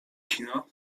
kina